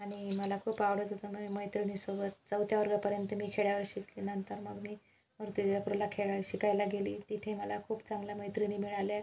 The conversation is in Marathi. आणि मला खूप आवडत होतं मी मैत्रिणीसोबत चौथ्या वर्गापर्यंत मी खेड्यावर शिकली नंतर मग मी मुर्तीजापूरला खेळ्याव शिकायला गेली तिथे मला खूप चांगल्या मैत्रिणी मिळाल्या